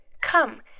Come